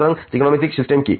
সুতরাং ত্রিকোণমিতিক সিস্টেম কি